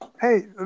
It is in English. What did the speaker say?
hey